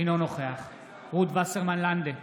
אינו נוכח רות וסרמן לנדה,